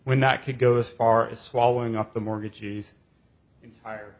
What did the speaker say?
when that could go as far as swallowing up the mortgagees entire